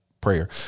Prayer